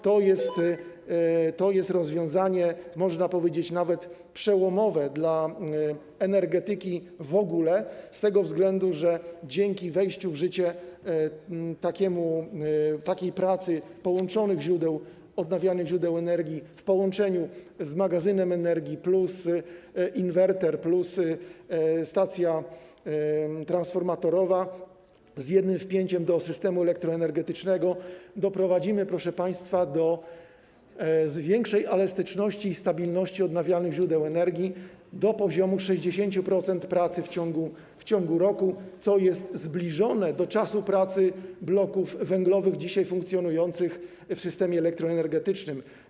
To jest rozwiązanie, można powiedzieć, nawet przełomowe dla energetyki w ogóle z tego względu, że dzięki wejściu w życie takiej pracy połączonych odnawialnych źródeł energii w połączeniu z magazynem energii, plus inwerter, plus stacja transformatorowa z jednym wpięciem do systemu elektroenergetycznego doprowadzimy, proszę państwa, do większej elastyczności i stabilności odnawialnych źródeł energii do poziomu 60% pracy w ciągu roku, co jest zbliżone do czasu pracy bloków węglowych dzisiaj funkcjonujących w systemie elektroenergetycznym.